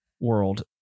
world